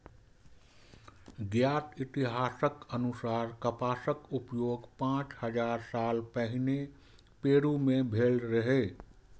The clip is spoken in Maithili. ज्ञात इतिहासक अनुसार कपासक उपयोग पांच हजार साल पहिने पेरु मे भेल रहै